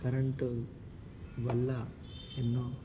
current వల్ల ఎన్నో